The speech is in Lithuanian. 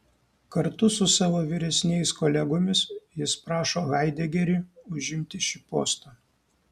kartu su savo vyresniais kolegomis jis prašo haidegerį užimti šį postą